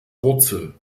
wurzel